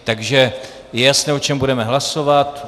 Takže je jasné, o čem budeme hlasovat.